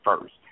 first